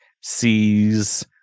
sees